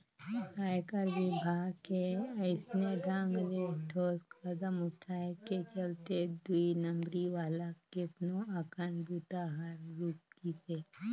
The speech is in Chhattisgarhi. आयकर विभाग के अइसने ढंग ले ठोस कदम उठाय के चलते दुई नंबरी वाला केतनो अकन बूता हर रूकिसे